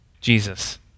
Jesus